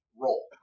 Role